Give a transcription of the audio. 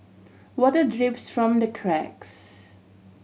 water drips from the cracks